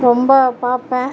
ரொம்ப பார்ப்பேன்